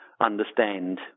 understand